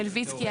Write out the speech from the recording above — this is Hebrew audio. מליבצקי,